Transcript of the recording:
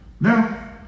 Now